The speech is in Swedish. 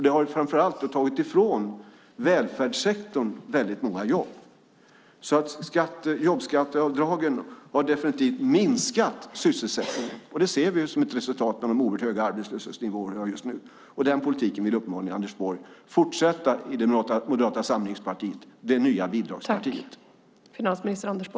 Det har framför allt tagit ifrån välfärdssektorn väldigt många jobb. Jobbskatteavdragen har definitivt minskat sysselsättningen. Det resultatet ser vi i de olika höga arbetslöshetsnivåerna just nu. Den politiken vill uppenbarligen Anders Borg fortsätta i Moderata samlingspartiet, det nya bidragspartiet.